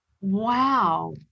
Wow